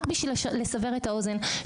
כדי לסבר את האוזן,